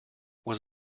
was